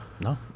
No